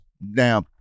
now